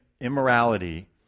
immorality